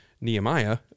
Nehemiah